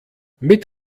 mit